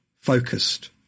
focused